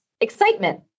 excitement